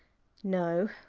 no,